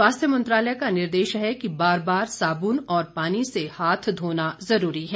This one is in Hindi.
स्वास्थ्य मंत्रालय का निर्देश है कि बार बार साबुन और पानी से हाथ धोना जरूरी है